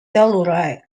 telluride